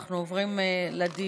אנחנו עוברים לדיון.